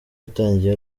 yatangiye